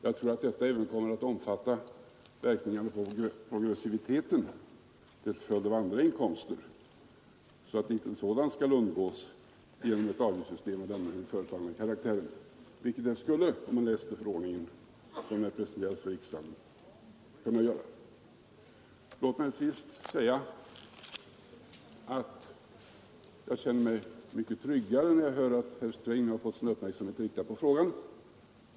Jag tror att detta även kommer att omfatta verkningarna i fråga om progressiviteten till följd av andra inkomster, så att inte en sådan skall undgås genom ett avgiftssystem av den föreslagna karaktären — vilket den skulle, om man läser förordningen som den presenteras för riksdagen. Låt mig till sist säga att jag känner mig mycket tryggare när jag hör att herr Sträng har fått sin uppmärksamhet riktad på frågan.